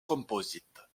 composites